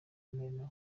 ntera